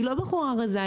היא לא בחורה רזה,